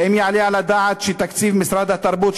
האם יעלה על הדעת שמתקציב משרד התרבות,